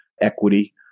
equity